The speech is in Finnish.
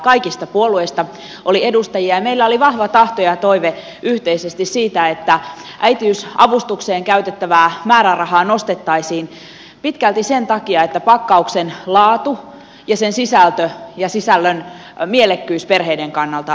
kaikista puolueista oli edustajia ja meillä oli vahva tahto ja toive yhteisesti siitä että äitiysavustukseen käytettävää määrärahaa nostettaisiin pitkälti sen takia että pakkauksen laatu ja sen sisältö ja sisällön mielekkyys perheiden kannalta voitaisiin varmistaa